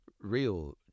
real